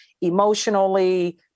emotionally